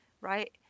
right